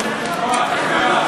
שלך.